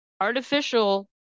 artificial